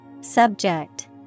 Subject